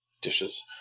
dishes